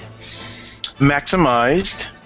Maximized